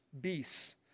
beasts